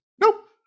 nope